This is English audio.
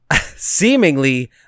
seemingly